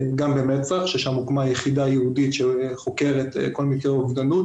גם במצ"ח ששם הוקמה יחידה ייעודית שחוקרת כל מקרה אובדנות,